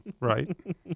Right